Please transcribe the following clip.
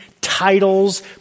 Titles